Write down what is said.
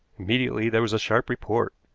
immediately there was a sharp report.